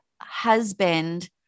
husband